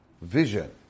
Vision